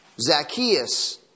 Zacchaeus